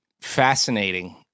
fascinating